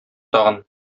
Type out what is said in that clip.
тагын